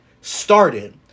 started